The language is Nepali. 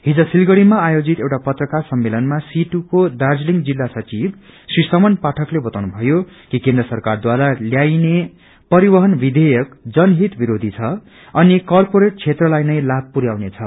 हिज सिलिगुड़ीमा आयोजित एउटा पत्रकार सम्मेलनमा सीआईटीयू को दार्जीलिङ जिल्ला संचिव श्री समन पाठकले बताउनु भयो कि केन्द्र सरकारद्वारा ल्याइने परिवहन विधेयक जनहित विरोधी छ अनि कारपोरेट क्षेत्रलाई नै लाभ पुर्याउने छ